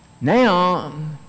now